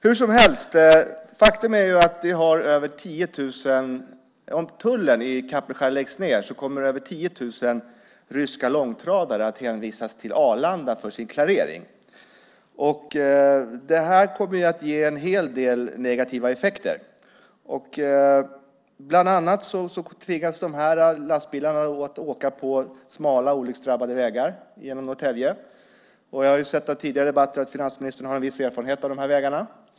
Hur som helst är det ett faktum att om tullen i Kapellskär läggs ned kommer över 10 000 ryska långtradare att hänvisas till Arlanda för sin klarering. Det kommer att ge en hel del negativa effekter. Bland annat tvingas lastbilarna att åka på smala olycksdrabbade vägar genom Norrtälje. Jag har sett av tidigare debatter att finansministern har en viss erfarenhet av dessa vägar.